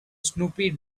snoopy